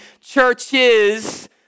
churches